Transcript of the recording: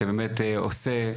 שבאמת עושה,